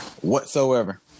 Whatsoever